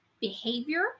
behavior